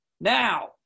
Now